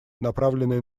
направленные